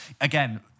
again